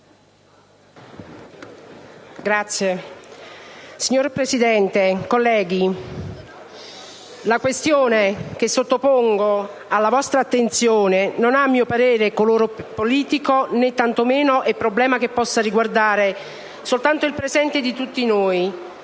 Signor Presidente, colleghi, la questione che sottopongo alla vostra attenzione non ha, a mio parere, colore politico, né tanto meno rappresenta un problema riguardante solo il presente di tutti noi,